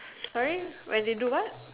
sorry when they do what